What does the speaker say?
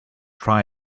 try